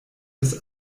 des